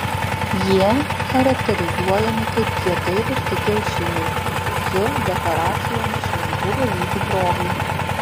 jie charakterizuojami kaip kietai virti kiaušiniai su dekoracijomis šventų velykų progai